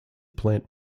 plant